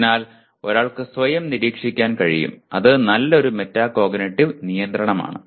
അതിനാൽ ഒരാൾക്ക് സ്വയം നിരീക്ഷിക്കാൻ കഴിയും അതൊരു നല്ല മെറ്റാകോഗ്നിറ്റീവ് നിയന്ത്രണമാണ്